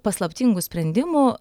paslaptingų sprendimų